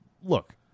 look